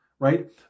Right